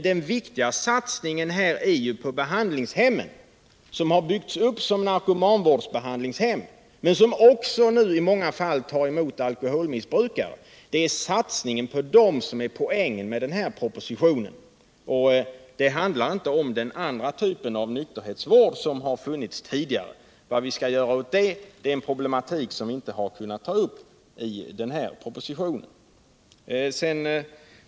Det viktiga här är satsningen på de behandlingshem som byggts upp som narkomanvårdsbehandlingshem men som i många fall också får ta emot alkoholmissbrukare. Det är den satsningen som är poängen med den här propositionen. Det handlar inte om den typ av nykterhetsvård som funnits tidigare. Vad vi här skall göra är en problematik som vi inte kunnat ta upp i propositionen.